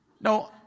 No